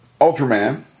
Ultraman